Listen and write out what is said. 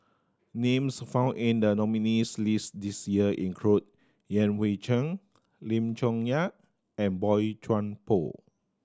names found in the nominees' list this year include Yan Hui Chang Lim Chong Yah and Boey Chuan Poh